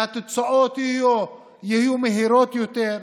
שהתוצאות יהיו מהירות יותר,